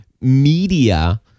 media